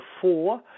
four